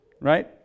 right